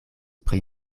pri